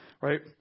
right